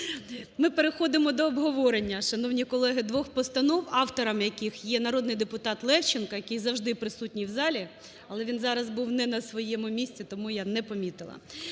Ми переходимо до обговорення, шановні колеги, двох постанов, автором яких є народний депутат Левченко, який завжди присутній в залі, але він зараз був не на своєму місці, тому я не помітила.